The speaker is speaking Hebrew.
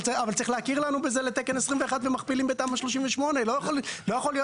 אבל צריך להכיר לנו בזה לתקן 21 ומכפילים בתמ"א 38. לא יכול להיות.